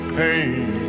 pain